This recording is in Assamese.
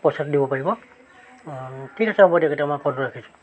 পইচাটো দিব পাৰিব ঠিক আছে হ'ব তেতিয়া মই ফোনটো ৰাখিছোঁ